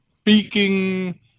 speaking